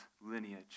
lineage